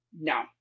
No